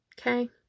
Okay